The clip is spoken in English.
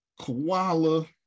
koala